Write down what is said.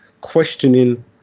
questioning